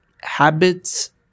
habits